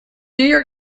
york